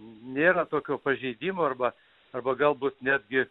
nėra tokio pažeidimo arba arba galbūt netgi